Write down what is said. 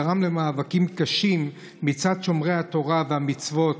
גרם למאבקים קשים מצד שומרי התורה והמצוות